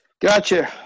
Gotcha